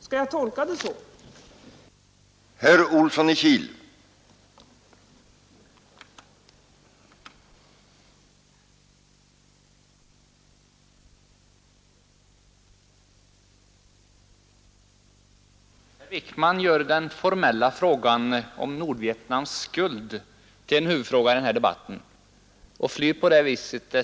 Skall jag tolka herr Wijkmans uttalande så?